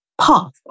path